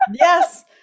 Yes